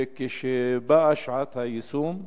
וכשבאה שעת היישום,